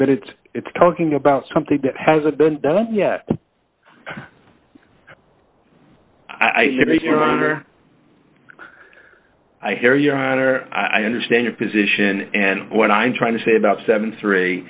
but it's talking about something that hasn't been done yet i hear hear i hear your honor i understand your position and what i'm trying to say about seventy three